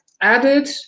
added